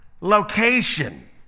location